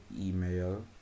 email